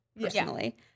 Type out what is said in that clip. personally